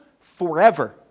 forever